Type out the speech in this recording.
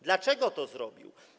Dlaczego to zrobił?